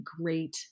great